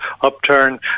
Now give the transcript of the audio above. upturn